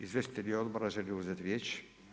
Izvjestitelji odbora žele li uzeti riječ?